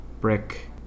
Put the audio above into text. brick